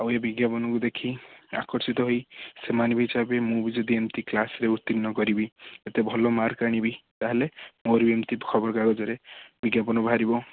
ଏଇ ବିଜ୍ଞାପନକୁ ଦେଖି ଆକର୍ଷିତ ହୋଇ ସେମାନେ ବି ଚାହିଁବେ ମୁଁ ବି ଯଦି ଏମିତି କ୍ଲାସ୍ରେ ଉତ୍ତୀର୍ଣ୍ଣ କରିବି ଯେତେ ଭଲ ମାର୍କ ଆଣିବି ତାହେଲେ ମୋର ବି ଏମିତି ଖବର କାଗଜରେ ବିଜ୍ଞାପନ ବାହାରିବ